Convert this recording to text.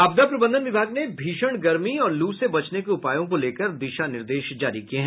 आपदा प्रबंधन विभाग ने भीषण गर्मी और लू से बचने के उपायों को लेकर दिशा निर्देश जारी किया है